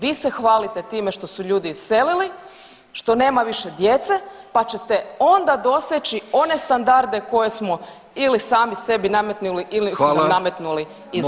Vi se hvalite time što su ljudi iselili, što nema više djece pa ćete onda doseći one standarde koje smo ili sami sebi nametnuli ili su nam [[Upadica: Hvala.]] nametnuli izvana.